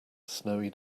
snowy